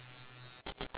ya like